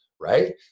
right